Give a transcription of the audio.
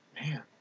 man